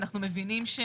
ואנחנו מבינים,